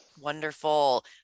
Wonderful